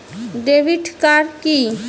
Debit card কি?